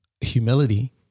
humility